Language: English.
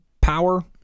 power